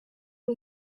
uri